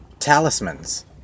talismans